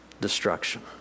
destruction